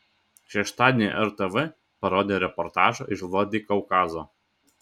šeštadienį rtv parodė reportažą iš vladikaukazo